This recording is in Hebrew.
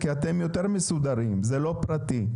כי אתם יותר מסודרים זה לא פרטי,